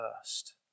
first